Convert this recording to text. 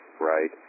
right